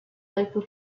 local